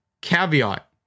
caveat